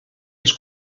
els